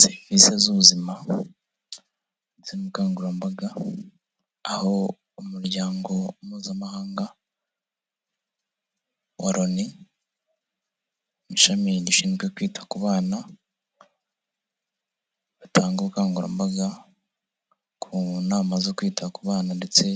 Serivisi z'ubuzima ndetse n'ubukangurambaga, aho umuryango mpuzamahanga wa roni, ishami rishinzwe kwita ku bana, batanga ubukangurambaga ku nama zo kwita ku bana ndetse